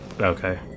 okay